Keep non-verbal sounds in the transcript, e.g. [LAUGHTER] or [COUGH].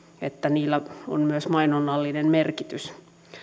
että niillä [UNINTELLIGIBLE] on myös mainonnallinen merkitys